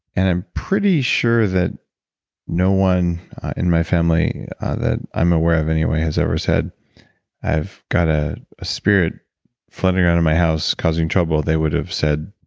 and i'm pretty sure that no one in my family that i'm aware of anyway has ever said i've got a ah spirit flooding out of and my house causing trouble. they would've said